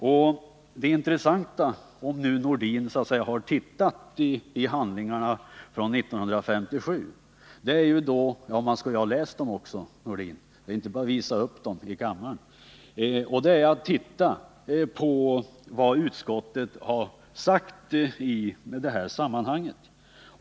Om Sven-Erik Nordin har tittat i handlingarna från 1957 bör han ha funnit det intressanta uttalande som statsutskottet gjorde i detta sammanhang.